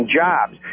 jobs